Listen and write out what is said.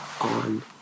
on